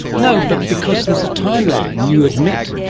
no, but because there is a timeline, you admit,